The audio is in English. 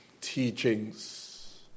teachings